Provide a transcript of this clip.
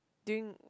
during